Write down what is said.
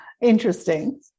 interesting